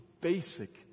basic